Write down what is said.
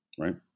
right